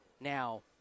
Now